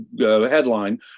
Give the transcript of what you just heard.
headline